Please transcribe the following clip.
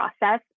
process